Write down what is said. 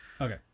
Okay